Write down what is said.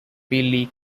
league